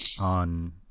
on